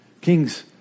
Kings